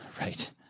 Right